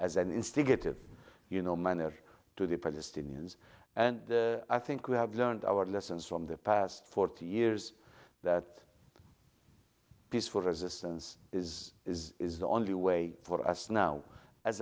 an instinctive you know manner to the palestinians and i think we have learned our lessons from the past forty years that peaceful resistance is is is the only way for us now as